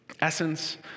essence